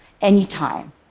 anytime